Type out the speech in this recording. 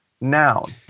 noun